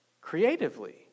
creatively